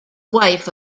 wife